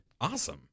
Awesome